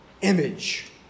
image